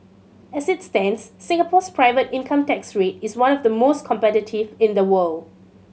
as it stands Singapore's private income tax rate is one of the most competitive in the world